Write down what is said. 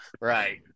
Right